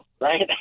right